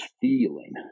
feeling